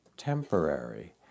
temporary